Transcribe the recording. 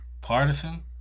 Partisan